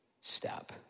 step